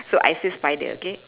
so I say spider okay